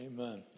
amen